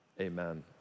amen